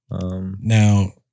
now